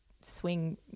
swing